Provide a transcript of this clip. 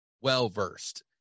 well-versed